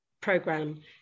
program